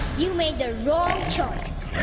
you made the wrong choice.